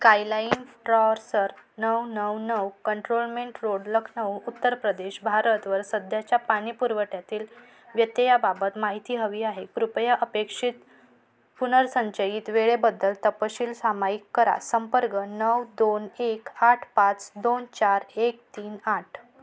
skyline ट्रॉर्सर नऊ नऊ नऊ कंट्रोलमेंट रोड लखनौ उत्तर प्रदेश भारतवर सध्याच्या पाणी पुरवठ्यातील व्यत्ययाबाबत माहिती हवी आहे कृपया अपेक्षित पुनर्संचयित वेळेबद्दल तपशील सामायिक करा संपर्क नऊ दोन एक आठ पाच दोन चार एक तीन आठ